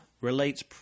relates